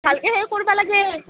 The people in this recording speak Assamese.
ভালকৈ হেৰি কৰ্বা লাগে